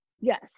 Yes